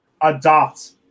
adopt